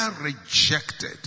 rejected